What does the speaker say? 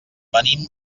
venim